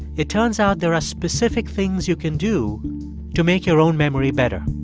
it turns out there are specific things you can do to make your own memory better